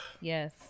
Yes